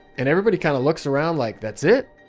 and everybody kind of looks around like, that's it?